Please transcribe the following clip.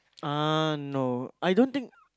uh no I don't think